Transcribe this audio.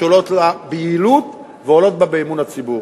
שעולות לה ביעילות ועולות לה באמון הציבור.